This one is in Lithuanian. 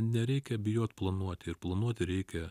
nereikia bijot planuoti ir planuoti reikia